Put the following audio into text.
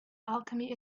alchemy